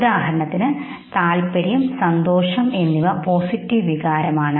ഉദാഹരണത്തിന് താൽപ്പര്യം സന്തോഷം എന്നിവ പോസിറ്റീവ് വികാരം ആണ്